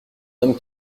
homme